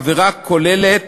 עבירה כוללת,